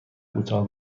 کوتاه